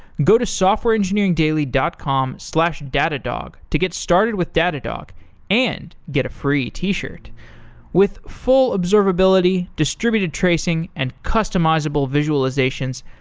go to softwareengineeringdaily dot com slash datadog to get started with datadog and get a free t-shirt with full observability, distributed tracing, and customizable visualizations,